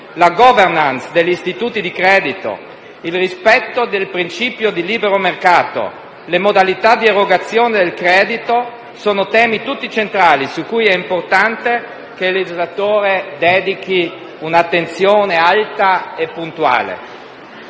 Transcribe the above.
la *governance* degli istituti di credito, il rispetto dei princìpi del libero mercato e le modalità di erogazione del credito sono temi tutti centrali, cui è importante che il legislatore dedichi un'attenzione alta e puntuale.